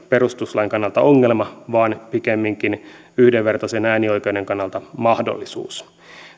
perustuslain kannalta ongelma vaan pikemminkin yhdenvertaisen äänioikeuden kannalta mahdollisuus